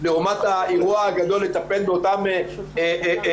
לעומת האירוע הגדול לטפל באותן נערות